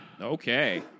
Okay